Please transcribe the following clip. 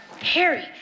Harry